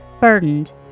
burdened